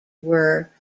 were